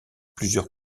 plusieurs